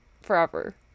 forever